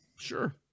Sure